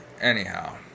anyhow